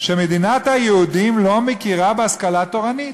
שמדינת היהודים לא מכירה בהשכלה תורנית,